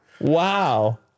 wow